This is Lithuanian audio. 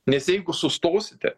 nes jeigu sustosite